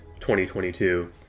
2022